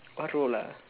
what role ah